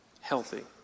healthy